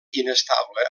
inestable